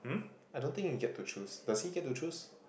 I don't think you get to choose does he get to choose